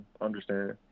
understand